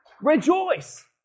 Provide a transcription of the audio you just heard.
Rejoice